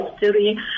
history